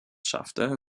schaffte